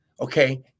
okay